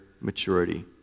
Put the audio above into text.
maturity